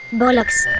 bollocks